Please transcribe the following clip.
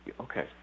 Okay